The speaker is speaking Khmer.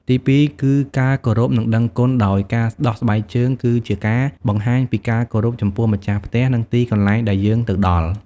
ទីពីរ គឺការគោរព និងដឹងគុណ ដោយការដោះស្បែកជើងគឺជាការបង្ហាញពីការគោរពចំពោះម្ចាស់ផ្ទះ និងទីកន្លែងដែលយើងទៅដល់។